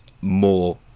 more